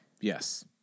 yes